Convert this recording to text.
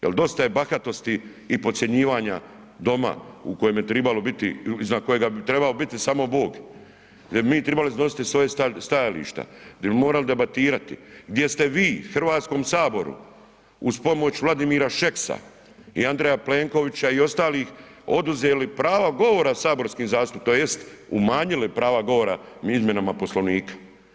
Jer dosta je bahatosti i podcjenjivanja doma u kojem je tribalo biti, iznad kojega je tribao biti samo Bog, gdje bi mi tribali iznositi svoj stajalište, gdje bi morali debatirati, gdje ste vi Hrvatskom saboru, uz pomoć Vladimira Šeksa i Andreja Plenkovića i ostalih oduzeli prava govora saborskim zastupnicima tj. umanjili prava govora izmjenama Poslovnika.